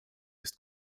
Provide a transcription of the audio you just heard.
ist